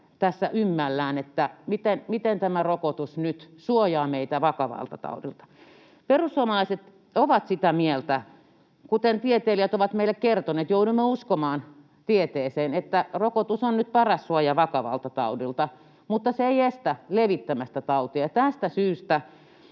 tässä ymmällään, että miten tämä rokotus nyt suojaa meitä vakavalta taudilta. Perussuomalaiset ovat sitä mieltä — kuten tieteilijät ovat meille kertoneet, joudumme uskomaan tieteeseen — että rokotus on nyt paras suoja vakavalta taudilta, mutta se ei estä levittämästä tautia, ja tästä syystä